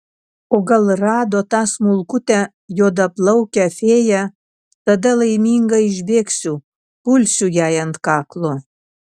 o gal rado tą smulkutę juodaplaukę fėją tada laiminga išbėgsiu pulsiu jai ant kaklo